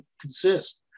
consist